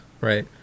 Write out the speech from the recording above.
right